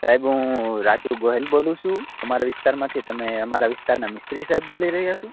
સાહેબ હું રાજુ ગોહેલ બોલું છું અમારા વિસ્તારમાંથી તમે અમારા વિસ્તારના મિસ્ત્રી સાહેબ બોલી રહ્યા છો